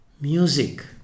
Music